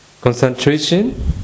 Concentration